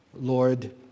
Lord